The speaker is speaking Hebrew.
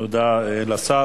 תודה לשר.